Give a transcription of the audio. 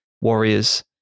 warriors